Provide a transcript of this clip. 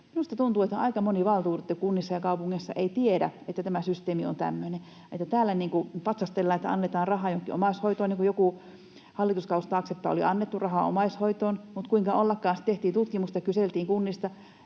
Minusta tuntuu, että aika moni valtuutettu kunnissa ja kaupungeissa ei tiedä, että tämä systeemi on tämmöinen, että täällä patsastellaan, että annetaan rahaa johonkin omaishoitoon, niin kuin joku hallituskausi taaksepäin oli annettu rahaa omaishoitoon, mutta, kuinka ollakaan, sitten kun tehtiin tutkimusta ja kyseltiin kunnista,